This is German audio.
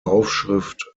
aufschrift